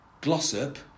Glossop